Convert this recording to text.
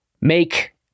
make